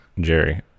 Jerry